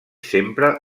sempre